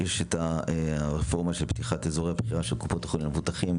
יש את הרפורמה של פתיחת אזורי בחירה של קופות החולים למבוטחים.